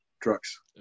trucks